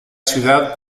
ciudad